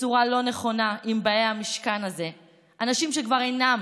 כלפיהן בצורה לא נכונה, אנשים שכבר אינם